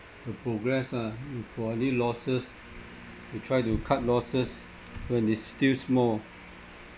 the progress ah you got any losses you try to cut losses when it's still small